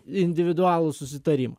individualų susitarimą